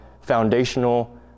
foundational